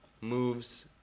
moves